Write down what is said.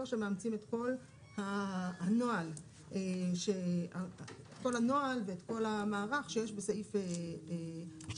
שמאמצים את כל הנוהל ואת כל המערך שיש בסעיף 2י"ח.